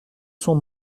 son